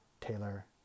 Taylor